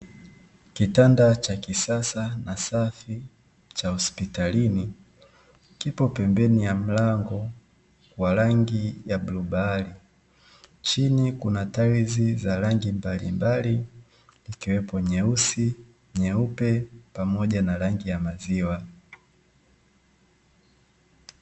Kitanda cha kisasa kisafi cha hosipitalini, kipo pembeni ya mlango wa rangi ya bluu bahari chini kuna tailizi za rangi mbalimbali ikiwepo nyeusi nyeupe pamoja na rangi ya maziwa